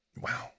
Wow